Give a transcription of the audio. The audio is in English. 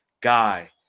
guy